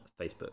facebook